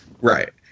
Right